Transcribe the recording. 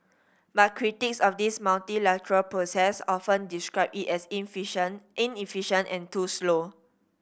but critics of this multilateral process often describe it as inefficient and too slow